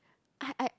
I I